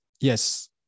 yes